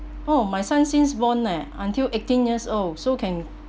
oh my son since born eh until eighteen years old so can